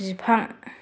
बिफां